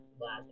last